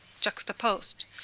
juxtaposed